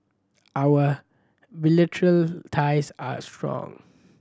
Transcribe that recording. our bilateral ties are strong